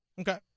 Okay